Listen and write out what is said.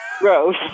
Gross